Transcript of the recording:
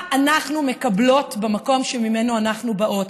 אנחנו מקבלות במקום שממנו אנחנו באות.